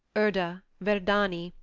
urda, verdandi,